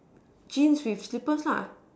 jeans with slippers lah